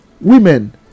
Women